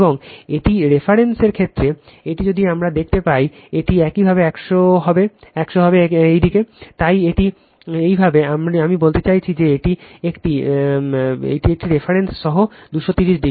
এবং এটি রেফারেন্সের ক্ষেত্রে এটি যদি আমরা দেখতে পাই এটি একইভাবে 100 একইভাবে তাই এটি একইভাবে আমি বলতে চাচ্ছি যে এটি একটি এটি একইভাবে এটি রেফারেন্স সহ 230o